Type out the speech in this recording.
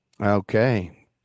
Okay